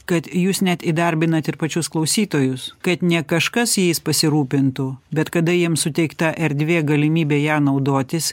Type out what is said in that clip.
kad jūs net įdarbinat ir pačius klausytojus kad ne kažkas jais pasirūpintų bet kada jiems suteikta erdvė galimybė ją naudotis